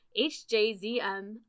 HJZM